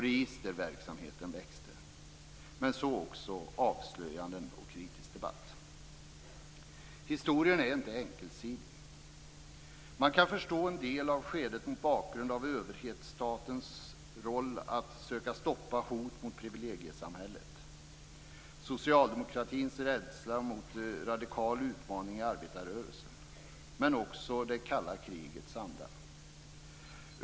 Registerverksamheten växte, men så också avslöjanden och kritisk debatt. Historien är inte enkelsidig. Man kan förstå en del av skedet mot bakgrund av överhetsstatens roll att försöka stoppa hot mot privilegiesamhället, socialdemokratins rädsla mot radikala utmaningar i arbetarrörelsen men också det kalla krigets anda.